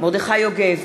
מרדכי יוגב,